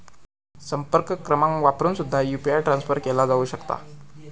संपर्क क्रमांक वापरून सुद्धा यू.पी.आय ट्रान्सफर केला जाऊ शकता